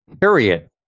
period